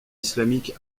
islamique